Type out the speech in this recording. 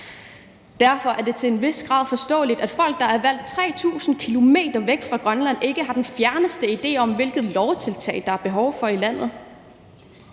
Derfor er det til en vis grad forståeligt, at folk, der er valgt 3.000 km væk fra Grønland, ikke har den fjerneste idé om, hvilke lovtiltag der er behov for i landet.